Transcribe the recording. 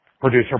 Producer